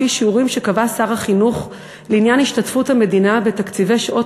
לפי שיעורים שקבע שר החינוך לעניין השתתפות המדינה בתקציבי שעות